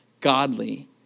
Godly